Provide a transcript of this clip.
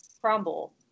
crumble